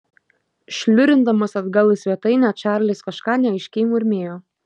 šliurindamas atgal į svetainę čarlis kažką neaiškiai murmėjo